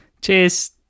Cheers